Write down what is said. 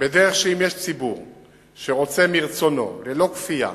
בדרך שאם יש ציבור שרוצה מרצונו, ללא כפייה,